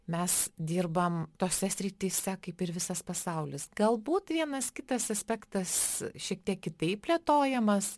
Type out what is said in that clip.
mes dirbam tose srityse kaip ir visas pasaulis galbūt vienas kitas aspektas šiek tiek kitaip plėtojamas